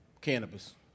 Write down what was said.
Cannabis